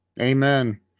Amen